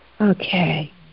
Okay